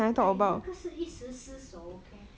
eh 那个是一时失手 okay